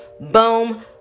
boom